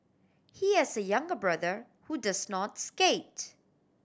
he has a younger brother who does not skate